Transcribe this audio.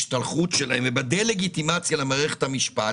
מייצרים דה-לגיטימציה כלפי מערכת המשפט